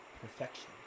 Perfection